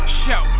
show